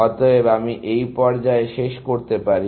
অতএব আমি এই পর্যায়ে শেষ করতে পারি